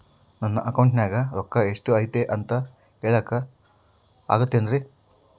ನನ್ನ ಅಕೌಂಟಿನ್ಯಾಗ ರೊಕ್ಕ ಎಷ್ಟು ಐತಿ ಅಂತ ಹೇಳಕ ಆಗುತ್ತೆನ್ರಿ?